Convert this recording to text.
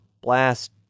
blast